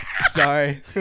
sorry